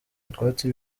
utwatsi